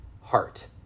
heart